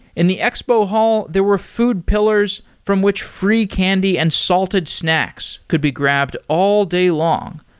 in the expo hall, there were food pillars from which free candy and salted snacks could be grabbed all day long.